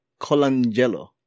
Colangelo